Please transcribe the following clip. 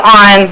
on